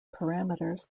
parameters